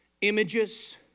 images